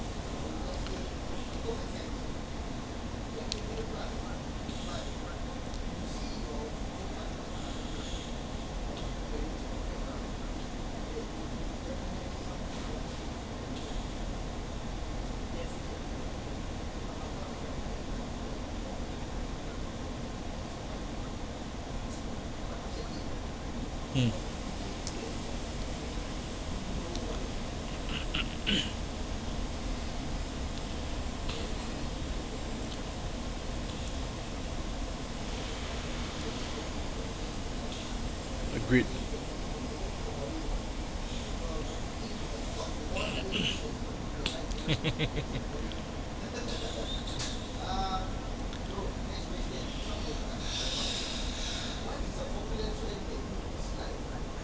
hmm agreed